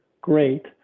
great